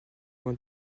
loin